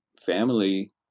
family